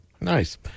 Nice